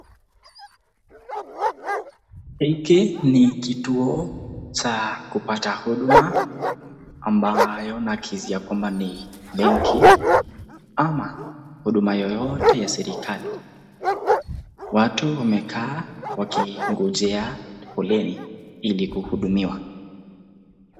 Hiki ni kituo cha kupata huduma ambayo nakisia kwamba ni benki ama huduma yoyote ya serikali, watu wamekaa wakingojea foleni kuhudumiwa.